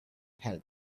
held